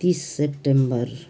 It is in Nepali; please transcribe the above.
तिस सेप्टेम्बर